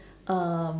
um